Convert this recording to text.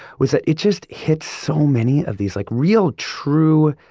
was that it just hit so many of these like, real, true,